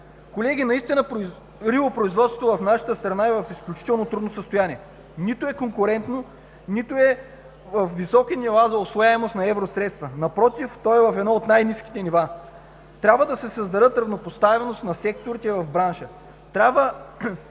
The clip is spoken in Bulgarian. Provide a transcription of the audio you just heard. Колеги, рибопроизводството в нашата страна наистина е в изключително трудно състояние – нито е конкурентно, нито е с високи нива на усвояваемост на евросредства. Напротив, то е в едно от най-ниските нива. Трябва да се създаде равнопоставеност на секторите в бранша. Агенцията